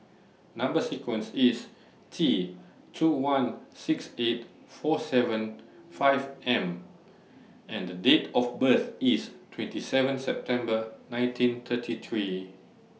Number sequence IS T two one six eight four seven five M and Date of birth IS twenty seven September nineteen thirty three